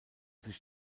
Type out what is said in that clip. sich